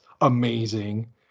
amazing